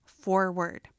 forward